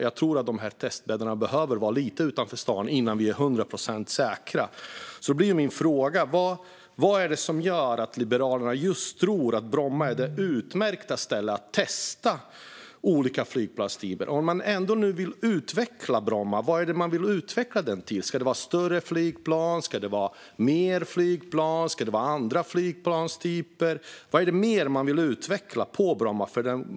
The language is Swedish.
Jag tror att de här testbäddarna behöver ligga lite utanför stan innan vi är hundra procent säkra. Därför blir min fråga: Vad är det som gör att Liberalerna tror att just Bromma är det utmärkta stället att testa olika flygplanstyper? Och om man nu vill utveckla Bromma flygplats, vad är det man vill utveckla den till? Ska det vara större flygplan? Ska det vara mer flygplan? Ska det vara andra flygplanstyper? Vad är det mer man vill utveckla på Bromma?